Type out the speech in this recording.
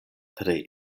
tre